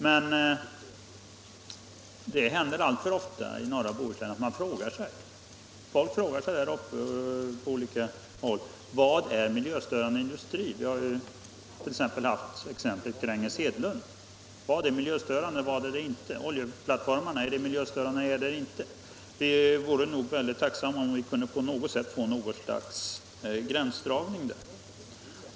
Men det händer alltför ofta i norra Bohuslän att folk frågar sig: Vad är miljöstörande industri och vad är det inte? Vi har t.ex. Gränges Hedlund — är oljeborrningsplattformarna miljöstörande eller inte? Vi vore nog väldigt tacksamma, om vi på något sätt kunde få en gränsdragning där.